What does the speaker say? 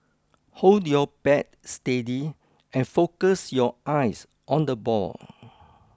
hold your bat steady and focus your eyes on the ball